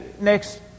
next